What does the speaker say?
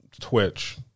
Twitch